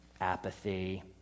apathy